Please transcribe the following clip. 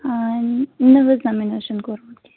آ نہَ حظ نہَ مےٚ نہَ حظ چھُنہٕ کوٚرمُت کیٚنٛہہ